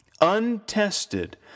Untested